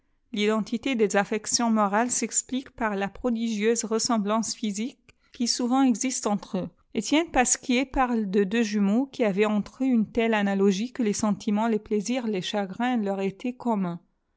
tité des affections morales s'explique par la prodigieuse ressemblance physique qai souvent existe entre eux etienne pasquieir parle de deux jumeaux qui avaient entre eux une telle analogie que les sentiments les plaisirs les chagrins leur étaient communs